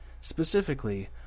Specifically